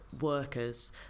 workers